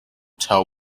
tell